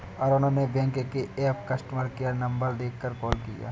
अरुण ने बैंक के app customer care number देखकर कॉल किया